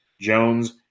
Jones